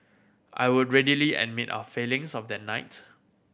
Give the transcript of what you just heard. I would readily admit our failings of that night